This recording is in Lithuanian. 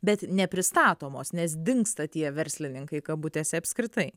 bet nepristatomos nes dingsta tie verslininkai kabutėse apskritai